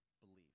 believe